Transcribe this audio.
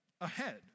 ahead